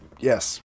Yes